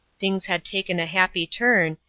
things had taken a happy turn,